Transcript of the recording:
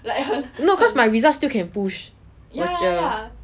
no cause my results still can push 我觉得